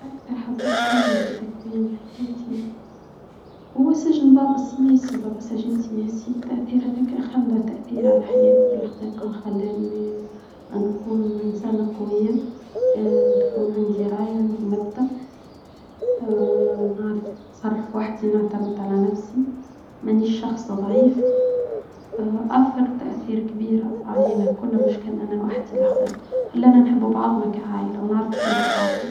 أكثر لحظة تساهم في تكوين حياتي هو سجن بابا السياسي، بابا سجين سياسي، والتأثير هذاك خلى تأثيره على حياتي الحقيقة، خلاني أكون إنسانة قوية يكون عندي رأي وعندي مبدأ نعرف نتصرف وحدي ونعتمد على نفسي، منيش شخص ضعيف، أثر تأثير كبير علينا، كلنا مش أنا وحدي الحقيقة، خلينا نحب بعضنا كعائلة ونعرف قيمة بعضنا.